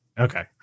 Okay